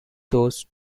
those